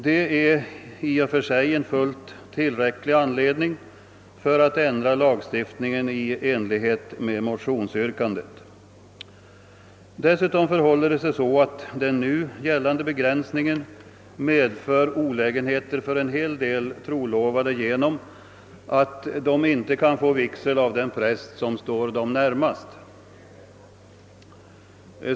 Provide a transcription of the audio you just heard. Detta är i och för sig en fullt tillräcklig anledning för att ändra lagstiftningen i enlighet med motionsyrkandet. Dessutom medför den nu gällande begränsningen olägenheter för en hel del trolovade genom att de inte kan få vigsel av den präst som står dem närmast.